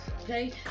Okay